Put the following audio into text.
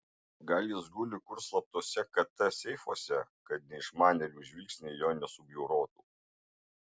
gal jis guli kur slaptuose kt seifuose kad neišmanėlių žvilgsniai jo nesubjaurotų